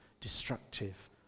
destructive